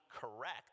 correct